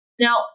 Now